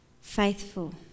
faithful